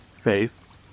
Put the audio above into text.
faith